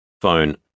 phone